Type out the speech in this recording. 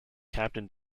captain